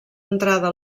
entrada